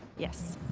yes,